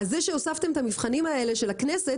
אז זה שהוספתם את המבחנים האלה של הכנסת,